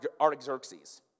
Artaxerxes